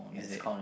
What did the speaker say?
is it